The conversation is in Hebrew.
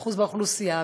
52% באוכלוסייה.